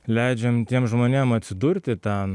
leidžiam tiem žmonėm atsidurti ten